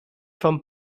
from